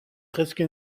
presque